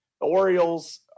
Orioles